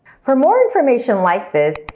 for more information like this,